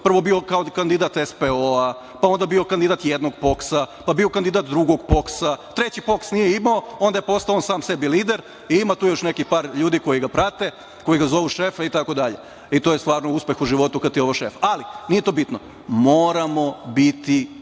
prvo bio kao kandidat SPO, pa onda bio kandidat jednog POKS, pa bio kandidat drugog POKS. Treći POKS nije imao, onda je postao sam sebi lider i ima tu još nekih par ljudi koji ga prate, koji ga zovu šefe itd. I to je stvarno uspeh u životu kad ti je ovo šef. Ali, nije to bitno.36/3 BN/CGMoramo biti